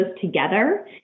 together